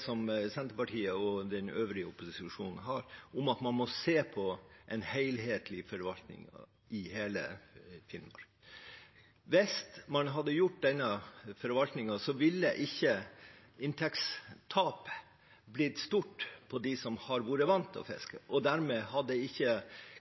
som Senterpartiet og den øvrige opposisjonen mener, at man må se på en helhetlig forvaltning i hele Finnmark. Hvis man hadde hatt denne forvaltningen, ville ikke inntektstapet blitt stort for dem som har vært vant til å fiske, og dermed hadde ikke